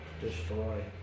destroy